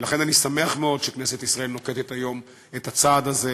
לכן אני שמח מאוד שכנסת ישראל נוקטת היום את הצעד הזה,